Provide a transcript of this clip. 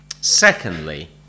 Secondly